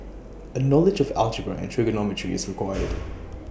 A knowledge of algebra and trigonometry is required